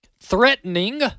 threatening